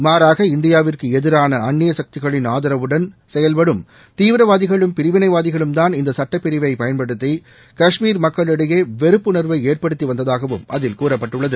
மாறாக இந்தியாவிற்கு எதிரான அந்நிய சக்திகளின் ஆதரவுடன் செயல்படும் தீவிரவாதிகளும் பிரிவினைவாதிகளும்தான் இந்த சட்டப்பிரிவை பயன்படுத்தி காஷ்மீர் மக்களிடையே வெறுப்புணர்வை ஏற்படுத்தி வந்ததாகவும் அதில் கூறப்பட்டுள்ளது